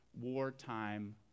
wartime